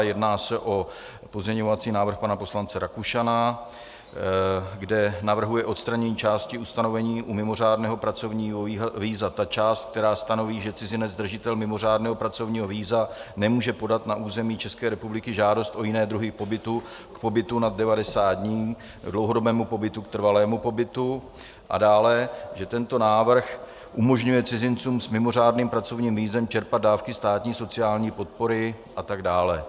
Jedná se o pozměňovací návrh pana poslance Rakušana, který navrhuje odstranění části ustanovení mimořádného pracovního víza, tedy ta část, která stanoví, že cizinec držitel mimořádného pracovního víza nemůže podat na území České republiky žádost o jiné druhy pobytu, k pobytu nad 90 dní, k dlouhodobému pobytu, k trvalému pobytu, a dále, že tento návrh umožňuje cizincům s mimořádným pracovním vízem čerpat dávky státní sociální podpory atd.